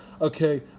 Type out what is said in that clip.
Okay